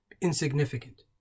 insignificant